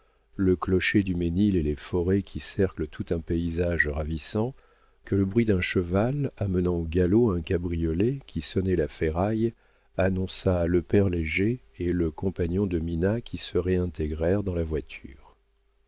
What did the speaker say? le clocher du mesnil et les forêts qui cerclent tout un paysage ravissant que le bruit d'un cheval amenant au galop un cabriolet qui sonnait la ferraille annonça le père léger et le compagnon de mina qui se réintégrèrent dans la voiture